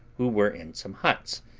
who were in some huts,